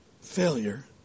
failure